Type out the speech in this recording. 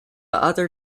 other